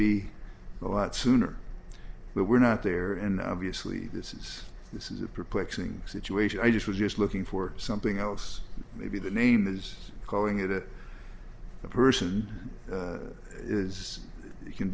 be a lot sooner but we're not there and obviously this is this is a perplexing situation i just was just looking for something else maybe the name is calling it a person is it can